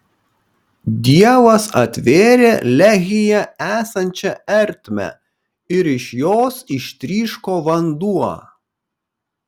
dievas atvėrė lehyje esančią ertmę ir iš jos ištryško vanduo